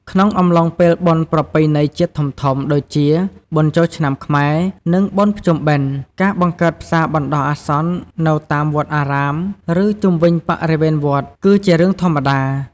ក្នុងអំឡុងពេលបុណ្យប្រពៃណីជាតិធំៗ ដូចជា បុណ្យចូលឆ្នាំខ្មែរ និង បុណ្យភ្ជុំបិណ្ឌ ការបង្កើតផ្សារបណ្ដោះអាសន្ននៅតាមវត្តអារាម ឬជុំវិញបរិវេណវត្ត គឺជារឿងធម្មតា។